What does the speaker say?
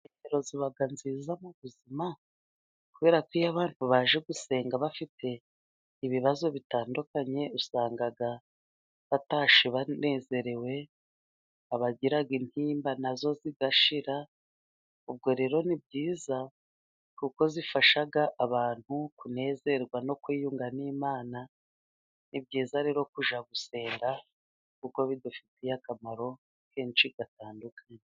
Insengero ziba nziza mu buzima kuberako iyo abantu baje gusenga bafite ibibazo bitandukanye usanga batashye banezerewe, abagira intimba na zo zigashira, ubwo rero ni byiza kuko zifasha abantu kunezerwa no kwiyunga n'Imana ,ni byiza rero kujya gusenga kuko bidufitiye akamaro kenshi gatandukanye.